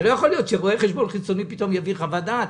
שלא יכול להיות שרואה חשבון חיצוני יביא פתאום חוות דעת.